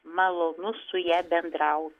malonu su ja bendrau